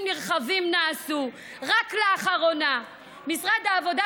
נרחבים נעשו: רק לאחרונה משרד העבודה,